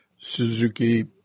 Suzuki